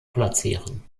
platzieren